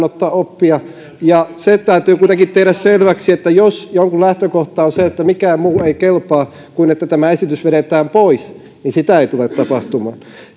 ottaa oppia se täytyy kuitenkin tehdä selväksi että jos jonkun lähtökohta on se että mikään muu ei kelpaa kuin että tämä esitys vedetään pois niin sitä ei tule tapahtumaan